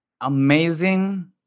amazing